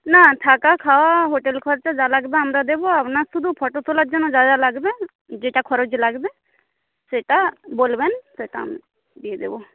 না থাকা খাওয়া হোটেল খরচা যা লাগবে আমরা দেবো আপনার শুধু ফটো তোলার জন্য যা যা লাগবে যেটা খরচ লাগবে সেটা বলবেন সেটা আমি দিয়ে দেবো